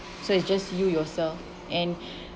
so it's just you yourself and